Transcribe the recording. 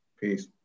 Peace